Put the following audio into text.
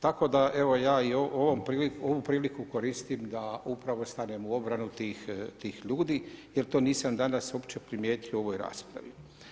Tako da ja ovu priliku koristim da upravo stanem u obranu tih ljudi jer to nisam danas uopće primijetio u ovoj raspravi.